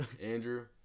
andrew